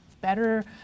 better